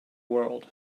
world